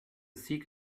seek